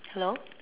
hello